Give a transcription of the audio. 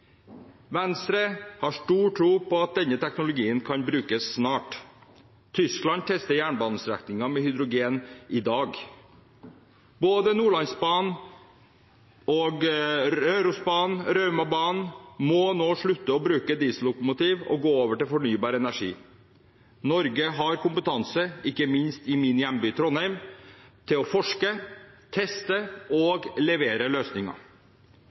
Venstre har stor tro på at denne teknologien kan brukes snart. Tyskland tester jernbanestrekninger med hydrogen i dag. Både Nordlandsbanen, Rørosbanen og Raumabanen må nå slutte å bruke diesellokomotiv og gå over til fornybar energi. Norge har kompetanse, ikke minst i min hjemby Trondheim, til å forske, teste og levere løsninger.